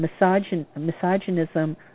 misogynism